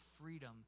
freedom